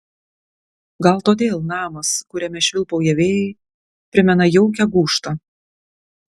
gal todėl namas kuriame švilpauja vėjai primena jaukią gūžtą